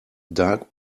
dark